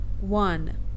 One